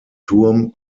turm